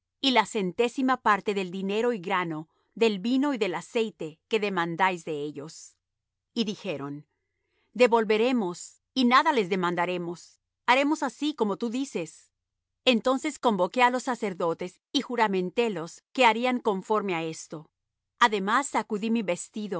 y la centésima parte del dinero y grano del vino y del aceite que demandáis de ellos y dijeron devolveremos y nada les demandaremos haremos así como tú dices entonces convoqué los sacerdotes y juramentélos que harían conforme á esto además sacudí mi vestido